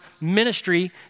ministry